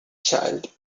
child